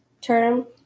term